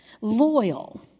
loyal